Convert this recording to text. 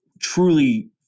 truly